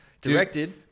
directed